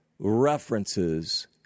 references